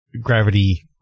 gravity